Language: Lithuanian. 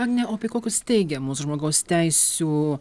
agne o pie kokius teigiamus žmogaus teisių